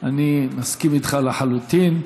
אני מסכים איתך לחלוטין.